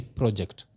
project